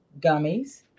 gummies